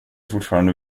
fortfarande